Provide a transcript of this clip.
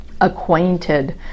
acquainted